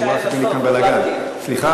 אלי ישי בסוף, הוא, אני